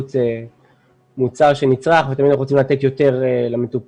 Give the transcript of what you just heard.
בריאות זה מוצר שנצרך ותמיד אנחנו רוצים לתת יותר למטופלים,